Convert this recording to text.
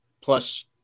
plus